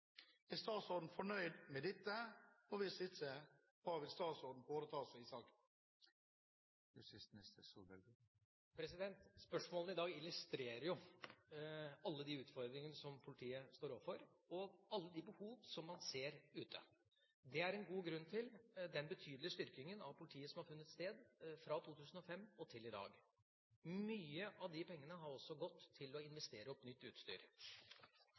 Er statsråden fornøyd med dette, og hvis ikke vil statsråden foreta seg noe i saken?» Spørsmålene i dag illustrerer jo alle de utfordringene som politiet står overfor, og alle de behov man ser ute. Det er god grunn til den betydelige styrkingen av politiet som har funnet sted fra 2005 og til i dag. Mye av pengene har også gått til å investere i nytt utstyr,